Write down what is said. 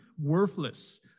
worthless